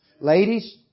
Ladies